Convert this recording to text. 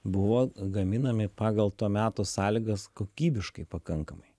buvo gaminami pagal to meto sąlygas kokybiškai pakankamai